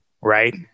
right